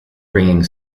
bringing